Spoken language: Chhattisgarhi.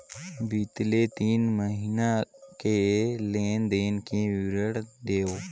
बितले तीन महीना के लेन देन के विवरण देवा?